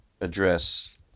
address